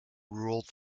ruled